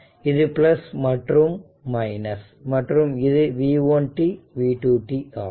இது மற்றும் மற்றும் இது v1 t v2 t ஆகும்